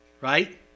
Right